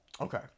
Okay